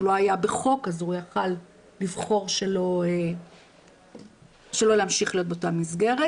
הוא לא היה בחוק אז הוא יכל לבחור שלא להמשיך להיות באותה מסגרת.